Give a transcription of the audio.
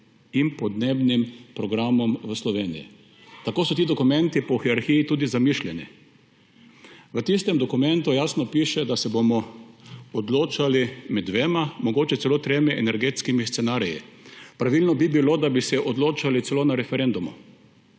in podnebnim programom v Sloveniji. Tako so ti dokumenti po hierarhiji tudi zamišljeni. V tistem dokumentu jasno piše, da se bomo odločali med dvema, mogoče celo tremi energetskimi scenariji. Pravilno bi bilo, da bi se odločali celo na referendumu.